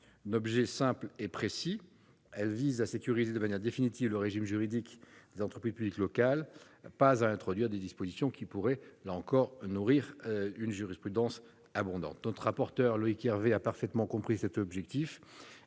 un objet simple et précis : elle vise à sécuriser définitivement le régime juridique des entreprises publiques locales, et non à introduire des dispositions qui pourraient nourrir une jurisprudence abondante. Notre rapporteur a parfaitement compris cet objectif.